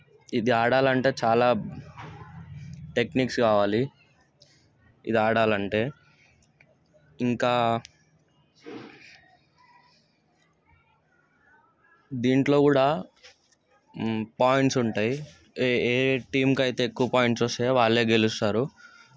ఇది ఆడాలంటే చాలా టెక్నిక్స్ కావాలి ఇది ఆడాలంటే ఇంకా దీంట్లో కూడా పాయింట్స్ ఉంటాయి ఏ ఏ టీంకైతే ఎక్కువ పాయింట్స్ వస్తాయో వాళ్ళే గెలుస్తారు